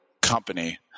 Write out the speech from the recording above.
company